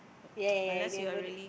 ya ya ya I never knew